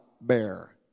bear